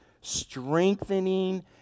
strengthening